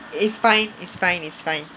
it's fine it's fine it's fine